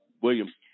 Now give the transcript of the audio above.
William